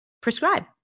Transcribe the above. prescribe